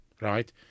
right